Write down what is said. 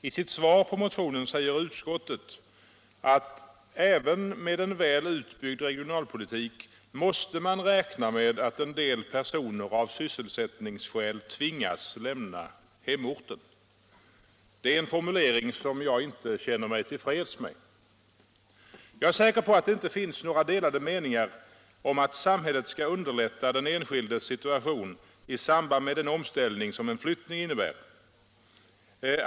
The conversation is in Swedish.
I sitt utlåtande över motionen säger utskottet: ”Även med en väl utbyggd regionalpolitik måste man räkna med att en del personer av sysselsättningsskäl tvingas lämna hemorten.” Det är en formulering som jag inte känner mig till freds med. Jag är säker på att det inte råder några delade meningar om att samhället skall underlätta den enskildes situation i samband med den omställning som en flyttning innebär.